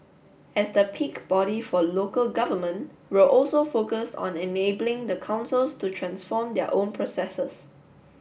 as the peak body for local government we're also focused on enabling the councils to transform their own processes